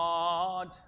God